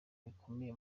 bikomeye